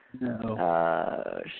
No